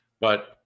but-